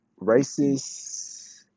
racist